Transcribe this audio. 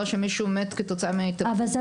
מת כתוצאה מהתאבדות.